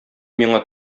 миңа